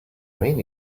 rain